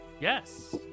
Yes